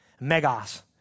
megas